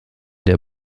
der